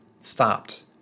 stopped